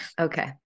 Okay